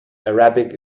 arabic